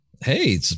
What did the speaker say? Hey